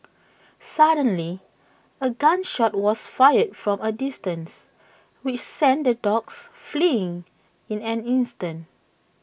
suddenly A gun shot was fired from A distance which sent the dogs fleeing in an instant